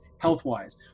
health-wise